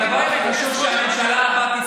הדבר החשוב שהממשלה הבאה,